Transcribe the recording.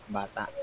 bata